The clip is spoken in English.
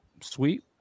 sweet